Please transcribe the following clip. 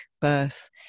birth